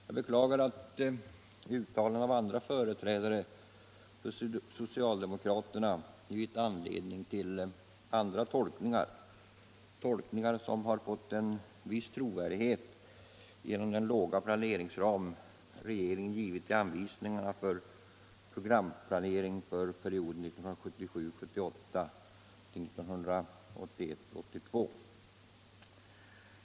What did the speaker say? Jag beklagar att uttalanden av andra företrädare för socialdemokraterna givit anledning till andra tolkningar, tolkningar som har fått en viss trovärdighet genom den låga planeringsram regeringen givit i anvisningarna för programplanering för perioden 1977 82.